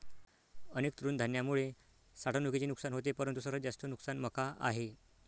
अनेक तृणधान्यांमुळे साठवणुकीचे नुकसान होते परंतु सर्वात जास्त नुकसान मका आहे